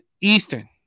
Eastern